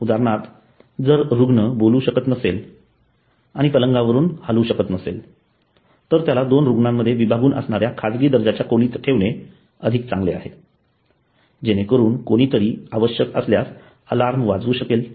उदाहरणार्थ जर रुग्ण बोलू शकत नसेल आणि पलंगावर हलू शकत नसेल तर त्याला दोन रुग्णामध्ये विभागून असणाऱ्या खाजगी दर्जाच्या खोलीत ठेवणे चांगले आहे जेणेकरून कोणीतरी आवश्यक असल्यास अलार्म वाजवू शकेल